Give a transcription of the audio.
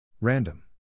Random